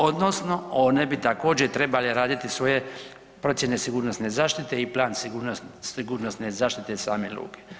Odnosno one ne bi također trebale raditi svoje procjene sigurnosne zaštite i plan sigurnosne zaštite same luke.